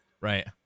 Right